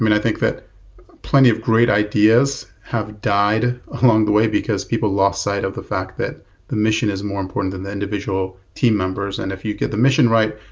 mean, i think that plenty of great ideas have died along the way, because people lost sight of the fact that the mission is more important than the individual team members, and if you get the mission right,